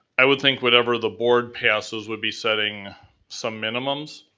i would think whatever the board passes would be setting some minimums,